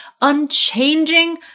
unchanging